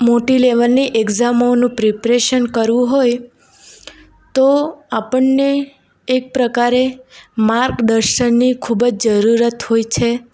મોટી લેવલની એક્સઝામોનું પ્રીપરેશન કરવું હોય તો આપણને એક પ્રકારે માર્ગદર્શનની ખૂબ જ જરૂરત હોય છે